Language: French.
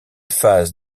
phase